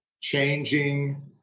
changing